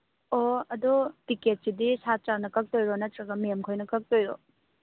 ꯑꯣ ꯑꯗꯣ ꯇꯤꯀꯦꯠꯁꯤꯗꯤ ꯁꯥꯇ꯭ꯔꯅ ꯀꯛꯇꯣꯏꯔꯣ ꯅꯠꯇ꯭ꯔꯒ ꯃꯦꯝꯈꯣꯏꯅ ꯀꯛꯇꯣꯏꯔꯣ